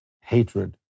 hatred